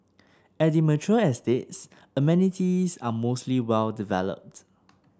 at the mature estates amenities are mostly well developed